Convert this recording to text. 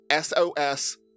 SOS